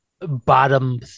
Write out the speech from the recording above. bottom